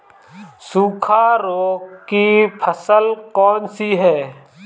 सूखा रोग की फसल कौन सी है?